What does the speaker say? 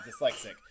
dyslexic